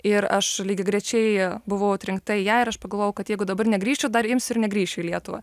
ir aš lygiagrečiai buvau atrinkta į ją ir aš pagalvojau kad jeigu dabar negrįščiau dar imsiu ir negrįšiu į lietuvą